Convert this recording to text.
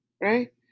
right